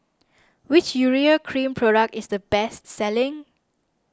which Urea Cream product is the best selling